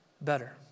better